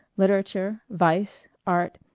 literature, vice, art,